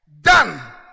done